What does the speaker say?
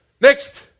Next